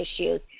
issues